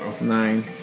Nine